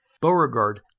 Beauregard